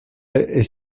est